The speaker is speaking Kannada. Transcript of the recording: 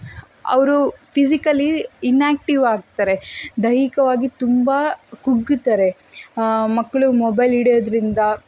ಅವರು ಫಿಸಿಕಲಿ ಇನ್ಆ್ಯಕ್ಟಿವ್ ಆಗ್ತಾರೆ ದೈಹಿಕವಾಗಿ ತುಂಬ ಕುಗ್ಗುತ್ತಾರೆ ಮಕ್ಕಳು ಮೊಬೈಲ್ ಹಿಡ್ಯೋದ್ರಿಂದ